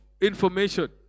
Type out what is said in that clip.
information